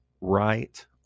right